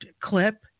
clip